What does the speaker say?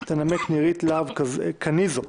תנמק נירית להב קניזו,